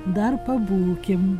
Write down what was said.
dar pabūkim